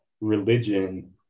religion